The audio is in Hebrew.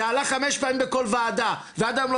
זה עלה חמש פעמים בכל ועדה ועד היום לא